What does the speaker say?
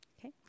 Okay